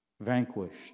vanquished